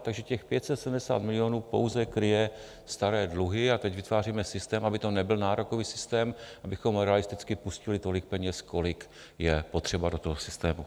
Takže těch 570 milionů pouze kryje staré dluhy a teď vytváříme systém, aby to nebyl nárokový systém, abychom realisticky pustili tolik peněz, kolik je potřeba, do toho systému.